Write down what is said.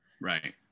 Right